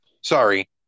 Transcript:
Sorry